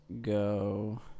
go